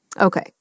Okay